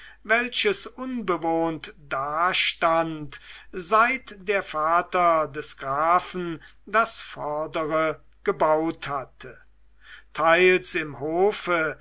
welches unbewohnt dastand seit der vater des grafen das vordere gebaut hatte teils im hofe